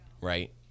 right